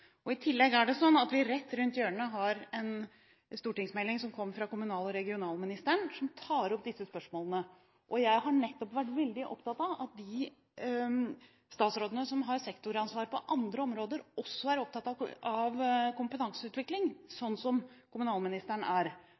I tillegg har vi rett rundt hjørnet en stortingsmelding fra kommunal- og regionalministeren, som tar opp disse spørsmålene. Jeg har vært veldig opptatt av at de statsrådene som har sektoransvar på andre områder, også er opptatt av kompetanseutvikling, slik som kommunalministeren er.